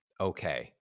okay